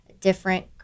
different